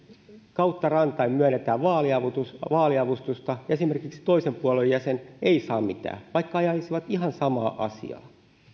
kautta rantain myönnetään vaaliavustusta vaaliavustusta esimerkiksi toisen puolueen jäsen ei saa mitään vaikka ajaisi ihan samaa asiaa